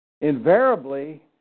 Invariably